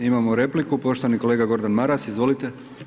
Imamo repliku, poštovani kolega Gordan Maras, izvolite.